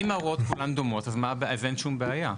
אם ההוראות כולן דומות אז אין שום בעיה?